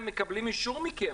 הם מקבלים אישור מכם